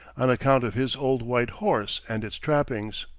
on account of his old white horse and its trappings.